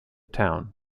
town